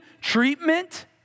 treatment